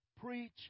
preach